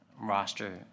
roster